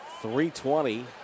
320